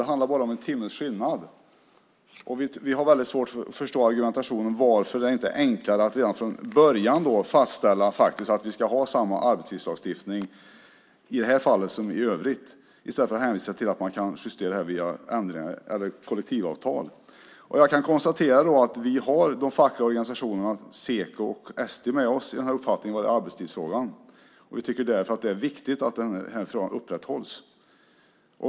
Det handlar bara om en timmes skillnad. Vi har väldigt svårt att förstå argumentationen för varför det inte är enklare att redan från början fastställa att vi ska ha samma arbetstidslagstiftning i det här fallet som i övrigt i stället för att hänvisa till att man kan justera det via kollektivavtal. Jag kan konstatera att vi har de fackliga organisationerna Seko och ST med oss i uppfattningen om arbetstidsfrågan. Det är viktigt att det upprätthålls.